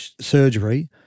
surgery